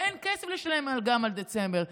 ואין כסף לשלם גם על דצמבר.